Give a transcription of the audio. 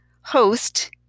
host